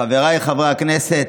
חבריי חברי הכנסת,